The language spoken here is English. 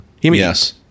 Yes